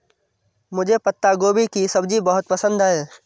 मुझे पत्ता गोभी की सब्जी बहुत पसंद है